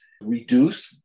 reduced